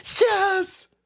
Yes